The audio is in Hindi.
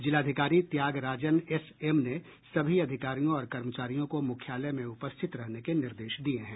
जिलाधिकारी त्यागराजन एस एम ने सभी अधिकारियों और कर्मचारियों को मुख्यालय में उपस्थित रहने के निर्देश दिये हैं